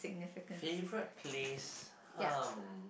favorite place (hum)